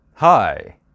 Hi